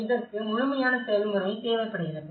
இதற்கு முழுமையான செயல்முறை தேவைப்படுகிறது